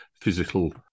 physical